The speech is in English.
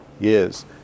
years